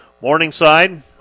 Morningside